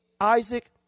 Isaac